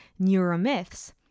neuromyths